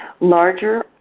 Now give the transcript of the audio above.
larger